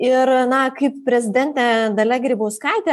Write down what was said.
ir na kaip prezidentė dalia grybauskaitė